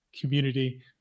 community